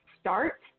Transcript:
start